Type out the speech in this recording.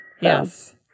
Yes